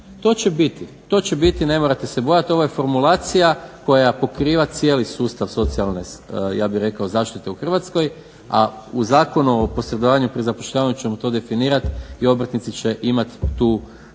to će biti ne morate se bojati, ovo je formulacija koja pokriva cijeli sustav socijalne ja bih rekao zaštite u Hrvatskoj a u Zakonu o posredovanju pri zapošljavanju ćemo to definirati i obrtnici će imati to pravo na